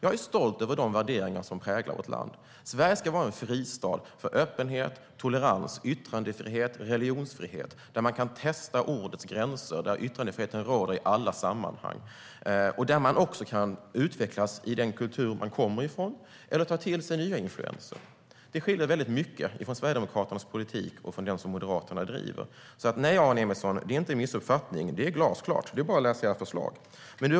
Jag är stolt över de värderingar som präglar vårt land. Sverige ska vara en fristad för öppenhet, tolerans, yttrandefrihet och religionsfrihet, man ska kunna testa ordets gränser och yttrandefriheten ska råda i alla sammanhang. Man ska också kunna utvecklas i den kultur man kommer från eller ta till sig nya influenser. Det skiljer väldigt mycket mellan Sverigedemokraternas politik och den som Moderaterna driver. Nej, Aron Emilsson, det är inte en missuppfattning. Det är glasklart. Det är bara att läsa ert förslag så ser man det.